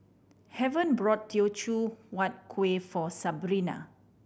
Heaven bought Teochew Huat Kuih for Sabrina